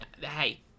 Hey